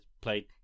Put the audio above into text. played